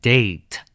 Date